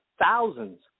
thousands